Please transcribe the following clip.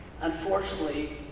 Unfortunately